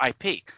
IP